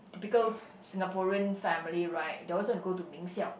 typical Si~ Singaporean family right they also want to go to 名校